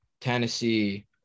Tennessee